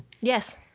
Yes